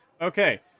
Okay